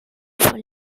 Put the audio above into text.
for